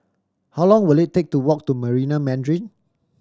how long will it take to walk to Marina Mandarin